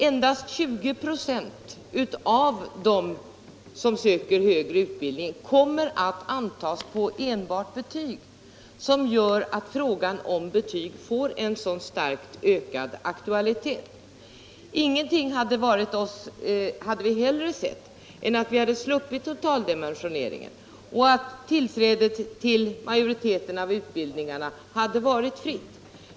Endast 20 96 av dem som söker högre utbildning kommer att antas på enbart betyg. Det är det som gör att frågan om betyg får så starkt ökad aktualitet. Ingenting hade vi hellre sett än att vi hade sluppit totaldimensioneringen och att tillträdet till majoriteten av utbildningarna hade varit fritt.